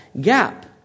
gap